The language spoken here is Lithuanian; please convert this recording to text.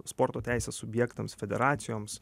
sporto teisės subjektams federacijoms